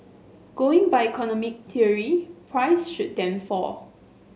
going by economic theory price should then fall